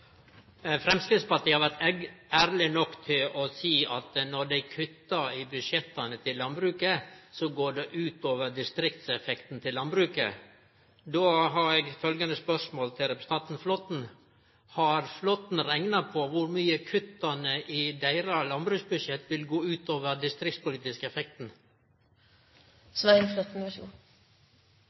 Framstegspartiet har vore ærleg nok til å seie at når dei kuttar i budsjetta til landbruket, så går det ut over distriktseffekten til landbruket. Då har eg følgjande spørsmål til representanten Flåtten: Har Flåtten rekna på kor mykje kutta i deira landbruksbudsjett vil gå ut over den distriktspolitiske effekten?